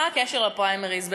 מה הקשר לפריימריז?